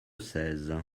seize